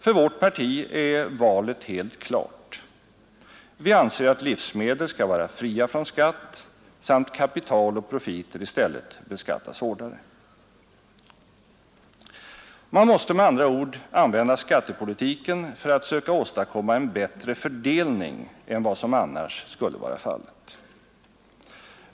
För vårt parti är valet helt klart — vi anser att livsmedel skall vara fria från skatt samt kapital och profiter i stället beskattas hårdare. Man måste med andra ord använda skattepolitiken för att söka åstadkomma en bättre fördelning än vad som annars skulle vara fallet.